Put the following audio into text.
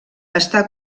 està